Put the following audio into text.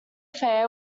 fair